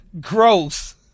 Gross